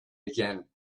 again